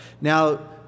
Now